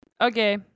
Okay